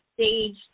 stage